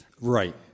Right